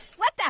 what the?